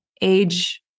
age